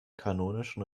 kanonischen